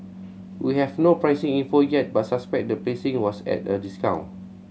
we have no pricing info yet but suspect the placing was at a discount